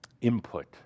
input